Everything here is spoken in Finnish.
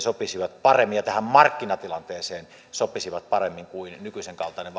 ja tähän markkinatilanteeseen sopisivat paremmin kuin nykyisenkaltainen